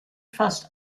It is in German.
fast